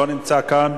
לא נמצא כאן.